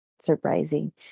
surprising